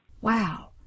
Wow